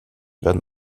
werden